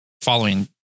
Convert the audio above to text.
following